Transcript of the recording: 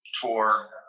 tour